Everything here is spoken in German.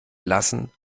lassen